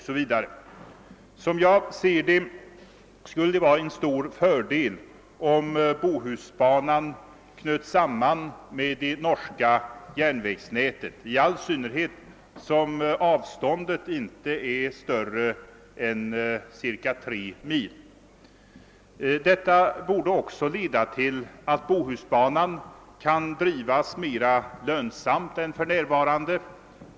Som jag ser det skulle det vara en stor fördel om Bohusbanan knöts samman med det norska järnvägsnätet, i all synnerhet som avståndet inte är större än ca 3 mil. Detta borde också leda till att Bohusbanan kan drivas mera lönsamt än för närvarande.